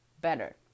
better